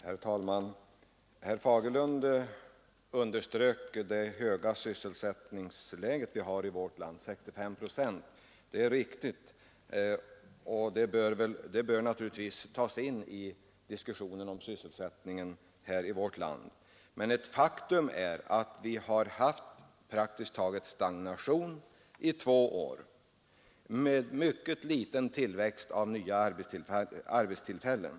Herr talman! Herr Fagerlund underströk den höga sysselsättningsgrad vi har i vårt land — 65 procent. Det är riktigt, och det bör naturligtvis tas in i diskussionen om sysselsättningen i vårt land. Vi har emellertid haft praktiskt taget stagnation i två år med mycket liten tillväxt av nya arbetstillfällen.